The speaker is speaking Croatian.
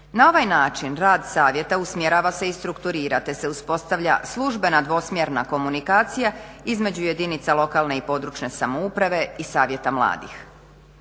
Na ovaj način rad savjeta usmjerava se i strukturira te se uspostavlja službena dvosmjerna komunikacija između jedinica lokalne i područne samouprave i savjeta mladih.